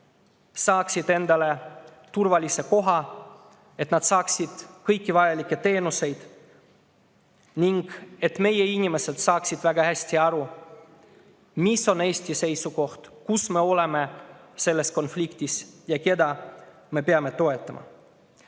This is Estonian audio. saaksid endale turvalise koha, et nad saaksid kõiki vajalikke teenuseid, ning et meie inimesed saaksid väga hästi aru, mis on Eesti seisukoht, kus me oleme selles konfliktis ja keda me peame toetama.